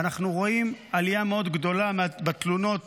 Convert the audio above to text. ואנחנו רואים עלייה מאוד גדולה בתלונות